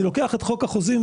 אני לוקח את חוק החוזים,